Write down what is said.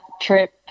trip